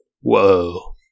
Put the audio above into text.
Whoa